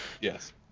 Yes